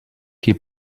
qui